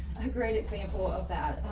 a great example of that,